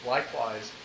Likewise